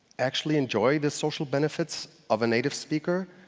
actually enjoy the social benefits of a native speaker